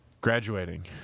Graduating